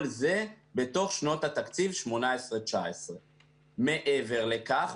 כל זה בתוך שנות התקציב 2019-2018. מעבר לכך,